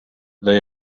they